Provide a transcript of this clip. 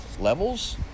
levels